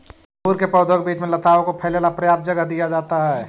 अंगूर के पौधों के बीच में लताओं को फैले ला पर्याप्त जगह दिया जाता है